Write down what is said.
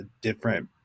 different